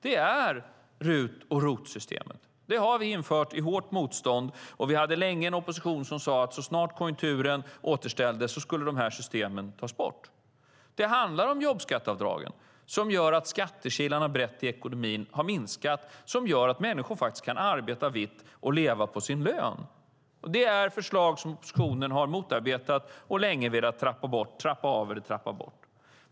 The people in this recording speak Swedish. Det är RUT och ROT-systemen som vi har infört med hårt motstånd. Vi hade länge en opposition som sade att så snart konjunkturen återställdes skulle dessa system tas bort. Det handlar om jobbskatteavdragen som gör att skattekilarna brett i ekonomin har minskat och som gör att människor faktiskt kan arbeta vitt och leva på sin lön. Det är sådant som oppositionen har motarbetat och länge velat trappa av eller ta bort.